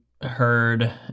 heard